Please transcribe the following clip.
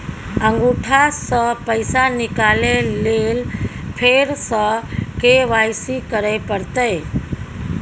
अंगूठा स पैसा निकाले लेल फेर स के.वाई.सी करै परतै?